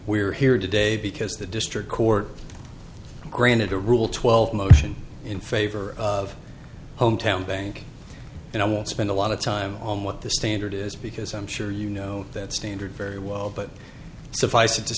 we're here today because the district court granted a rule twelve motion in favor of hometown bank and i won't spend a lot of time on what the standard is because i'm sure you know that standard very well but